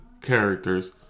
characters